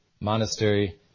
monastery